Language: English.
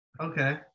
Okay